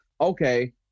Okay